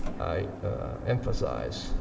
i emphasize,